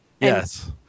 Yes